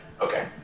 Okay